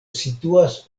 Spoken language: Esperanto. situas